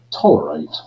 tolerate